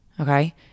okay